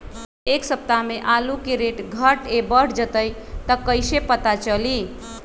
एक सप्ताह मे आलू के रेट घट ये बढ़ जतई त कईसे पता चली?